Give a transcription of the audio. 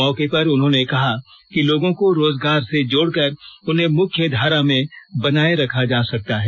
मौके पर उन्होंने कहा कि लोगों को रोजगार से जोड़कर उन्हें मुख्यधारा में बनाए रखा जा सकता है